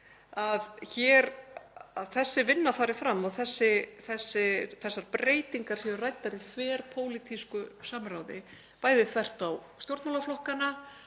að þessi vinna fari fram og þessar breytingar séu ræddar í þverpólitísku samráði, bæði þvert á stjórnmálaflokkana